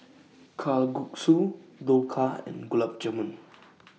Kalguksu Dhokla and Gulab Jamun